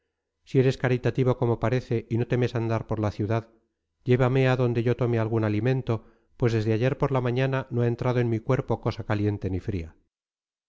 si eres caritativo como parece y no temes andar por la ciudad llévame a donde yo tome algún alimento pues desde ayer por la mañana no ha entrado en mi cuerpo cosa caliente ni fría